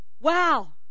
Wow